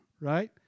right